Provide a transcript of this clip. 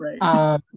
Right